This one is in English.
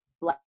black